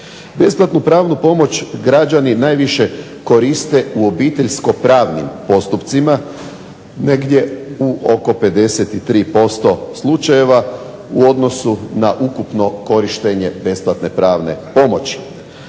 Besplatnu pravnu pomoć građani najviše koriste u obiteljsko-pravnim postupcima, negdje u oko 53% slučajeva u odnosu na ukupno korištenje besplatne pravne pomoći.